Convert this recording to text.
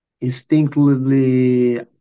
instinctively